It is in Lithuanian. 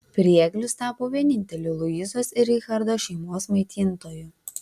prieglius tapo vieninteliu luizos ir richardo šeimos maitintoju